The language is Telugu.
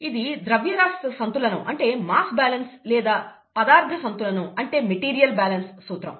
ఇది ద్రవ్యరాశి సంతులనం అంటే మాస్ బ్యాలెన్స్ లేదా పదార్థ సంతులనం అంటే మెటీరియల్ బ్యాలెన్స్ సూత్రం